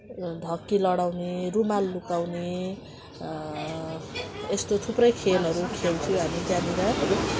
ढक्की लडाउने रुमाल लुकाउने यस्तो थुप्रै खेलहरू खेल्थ्यौँ हामी त्यहाँनिर